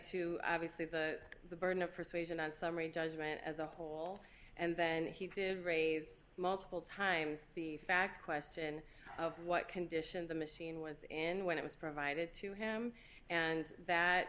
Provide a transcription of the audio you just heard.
to obviously the the burden of persuasion on summary judgment as a whole and then he did raise multiple times the fact question of what condition the machine was in when it was provided to him and that